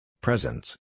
Presence